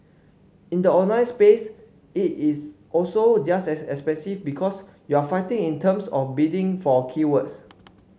in the online space it is also just as expensive because you're fighting in terms of bidding for keywords